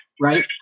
right